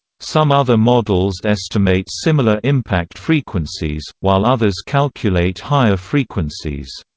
some other models estimate similar impact frequencies, while others calculate higher frequencies.